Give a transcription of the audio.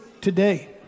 today